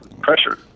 pressure